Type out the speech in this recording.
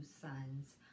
sons